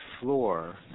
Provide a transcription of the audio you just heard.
floor